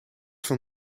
van